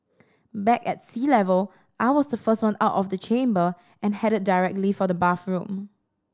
back at sea level I was the first one out of the chamber and headed directly for the bathroom